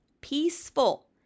Peaceful